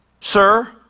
sir